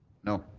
no.